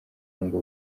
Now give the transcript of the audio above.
ngo